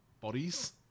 bodies